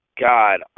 God